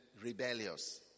rebellious